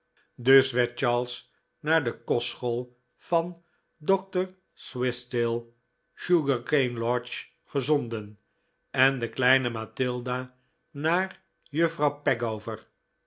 dus werd charles naar de kostschool van dr swishtail sugarcane lodge gezonden en de kleine mathilda naar juffrouw